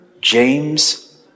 James